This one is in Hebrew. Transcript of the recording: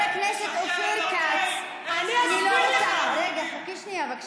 חבר הכנסת אופיר כץ, אני לא רוצה, סגן שר בממשלה